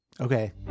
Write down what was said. okay